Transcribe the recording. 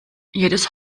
jedes